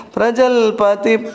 Prajalpati